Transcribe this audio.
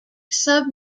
sub